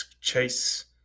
chase